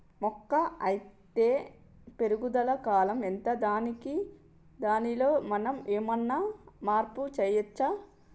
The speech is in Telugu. మొక్క అత్తే పెరుగుదల కాలం ఎంత దానిలో మనం ఏమన్నా మార్పు చేయచ్చా?